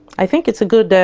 i think it's a good